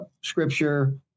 Scripture